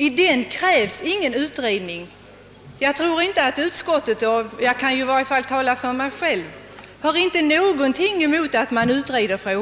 I den krävs ingen utredning. Personligen har jag inget emot att frågan utredes.